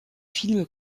films